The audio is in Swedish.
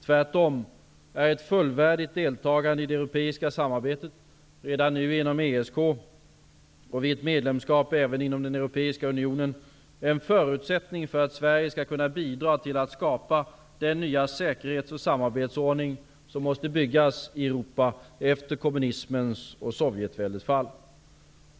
Tvärtom är ett fullvärdigt deltagande i det europeiska samarbetet, redan nu inom ESK och vid ett medlemskap även inom den Europeiska unionen, en förutsättning för att Sverige skall kunna bidra till att skapa den nya säkerhets och samarbetsordning som måste byggas i Europa efter kommunismens och Sovjetväldets fall.